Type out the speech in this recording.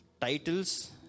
titles